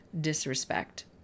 disrespect